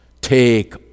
take